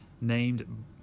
named